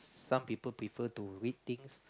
some people prefer to read things